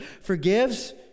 forgives